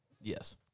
Yes